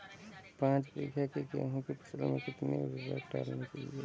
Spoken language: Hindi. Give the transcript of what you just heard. पाँच बीघा की गेहूँ की फसल में कितनी उर्वरक डालनी चाहिए?